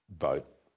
vote